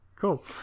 cool